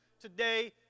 today